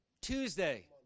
Tuesday